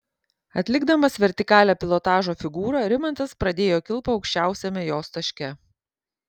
atlikdamas vertikalią pilotažo figūrą rimantas pradėjo kilpą aukščiausiame jos taške